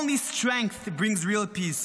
Only strength brings real peace,